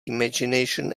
imagination